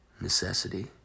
necessity